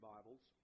Bibles